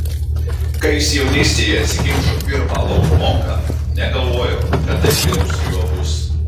kai jis jaunystėje atsikimšo pirmą alaus bonką negalvojo kad taip vėliau su juo bus